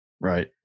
Right